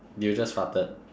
did you just farted